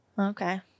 okay